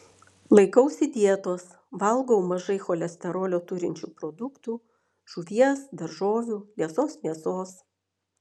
laikausi dietos valgau mažai cholesterolio turinčių produktų žuvies daržovių liesos mėsos